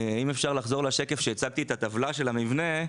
אם אפשר לחזור לשקף שהצגתי בו את הטבלה של המבנה,